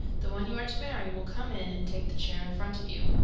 the one you are to marry will come in and take the chair in front of you.